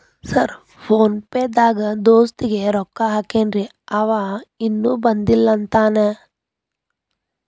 Sir PhonePe ದಾಗ ದೋಸ್ತ್ ಗೆ ರೊಕ್ಕಾ ಹಾಕೇನ್ರಿ ಅಂವ ಇನ್ನು ಬಂದಿಲ್ಲಾ ಅಂತಾನ್ರೇ?